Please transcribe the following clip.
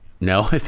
No